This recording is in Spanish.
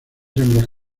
hembras